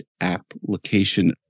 application